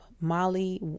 Molly